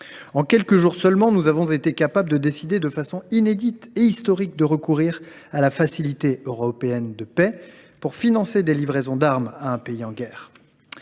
En quelques jours seulement, nous avons été capables de décider, de façon inédite et historique, de recourir à la Facilité européenne pour la paix (FEP) afin de financer des livraisons d’armes à un pays en guerre.